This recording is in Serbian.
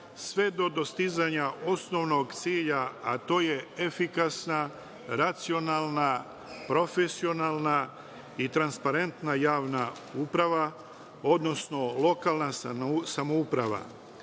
sve do dostizanja osnovnog cilja, a to je efikasna, racionalna, profesionalna i transparentna javna uprava, odnosno lokalna samouprava.